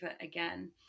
again